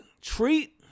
treat